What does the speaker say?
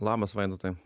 labas vaidotai